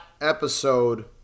episode